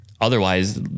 Otherwise